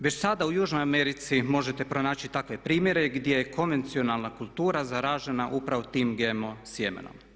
Već sada u Južnoj Americi možete pronaći takve primjere gdje je konvencionalna kultura zaražena upravo tim GMO sjemenom.